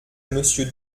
monsieur